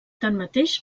tanmateix